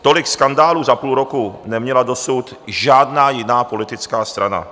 Tolik skandálů za půl roku neměla dosud žádná jiná politická strana.